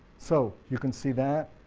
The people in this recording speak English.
so you can see that,